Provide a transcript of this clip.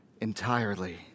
entirely